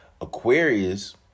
Aquarius